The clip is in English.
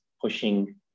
pushing